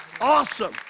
Awesome